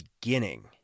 beginning